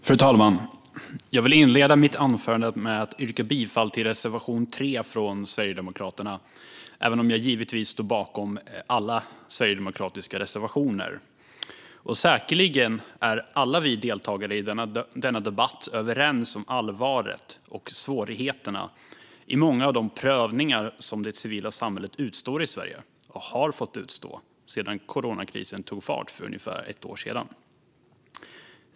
Fru talman! Jag vill inleda mitt anförande med att yrka bifall till reservation 3 från Sverigedemokraterna, även om jag givetvis står bakom alla sverigedemokratiska reservationer. Säkerligen är alla vi deltagare i denna debatt överens om allvaret och svårigheterna i många av de prövningar som det civila samhället utstår och har fått utstå i Sverige sedan coronakrisen tog fart för ungefär ett år sedan.